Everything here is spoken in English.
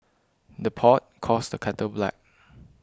the pot calls the kettle black